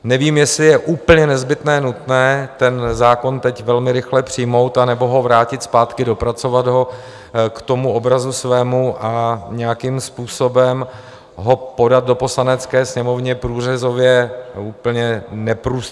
Nevím, jestli je úplně nezbytně nutné ten zákon teď velmi rychle přijmout, anebo ho vrátit zpátky dopracovat ho k obrazu svému a nějakým způsobem ho podat do Poslanecké sněmovny průřezově úplně neprůstřelný.